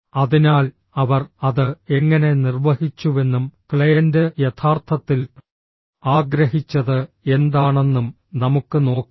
അതിനാൽ അവർ അത് എങ്ങനെ നിർവ്വഹിച്ചുവെന്നും ക്ലയന്റ് യഥാർത്ഥത്തിൽ ആഗ്രഹിച്ചത് എന്താണെന്നും നമുക്ക് നോക്കാം